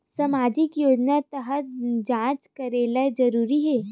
सामजिक योजना तहत जांच करेला जरूरी हे